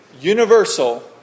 universal